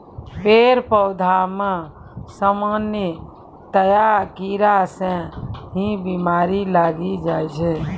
पेड़ पौधा मॅ सामान्यतया कीड़ा स ही बीमारी लागी जाय छै